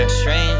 strange